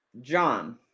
John